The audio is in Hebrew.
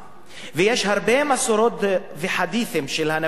ויש הרבה מסורות וחדית'ים של הנביא מוחמד,